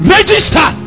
Register